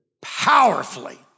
powerfully